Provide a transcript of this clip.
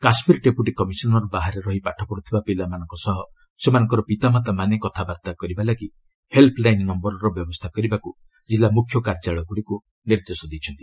Kashmir deputy commissioner ବାହାରେ ରହି ପାଠପଢୁଥିବା ପିଲାମାନଙ୍କ ସହ ସେମାନଙ୍କର ପିତାମାତାମାନେ କଥାବାର୍ତ୍ତା କରିବା ଲାଗି ହେଲ୍ପ ଲାଇନ୍ ନମ୍ଘରର ବ୍ୟବସ୍ଥା କରିବାକୁ ଜିଲ୍ଲା ମୁଖ୍ୟ କାର୍ଯ୍ୟାଳୟଗୁଡ଼ିକୁ ନିର୍ଦ୍ଦେଶ ଦେଇଛନ୍ତି